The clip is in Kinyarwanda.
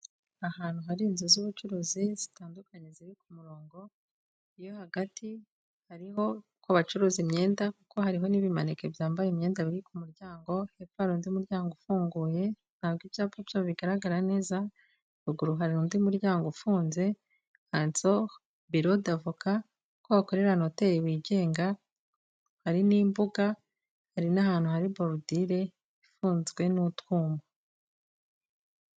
Ahantu hari inzu z'ubucuruzi zitandukanye ziri ku murongo, iyo hagati hariho kuba bacuruza imyenda kuko hariho n'ibimananike byambaye imyenda biri ku muryango hepfo hari undi muryango ufunguye ntabwo ibyapa byaho bigaragara neza ruguru hari undi muryango ufunze handitseho biro davoka ko hakorera noteli wigenga hari n'imbuga hari n'ahantu hari barudire ifunzwe n'utwumwa.